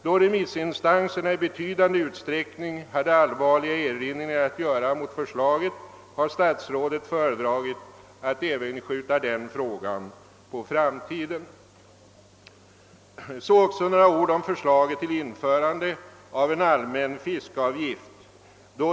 Då remissinstanserna i betydande utsträckning hade allvarliga erinringar att göra mot förslaget har statsrådet föredragit att skjuta även den frågan på framtiden. Så också några ord om förslaget till införande av en allmän fiskeavgift.